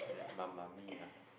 then Mamma Mia